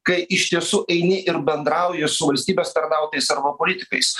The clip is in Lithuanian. kai iš tiesų eini ir bendrauji su valstybės tarnautojais arba politikais